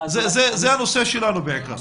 בגילאי 3 עד 5. זה הנושא שלנו בעיקר.